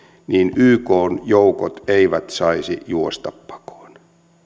niin ykn joukot eivät saisi juosta pakoon